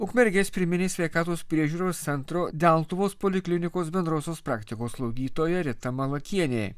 ukmergės pirminės sveikatos priežiūros centro deltuvos poliklinikos bendrosios praktikos slaugytoja rita malukienė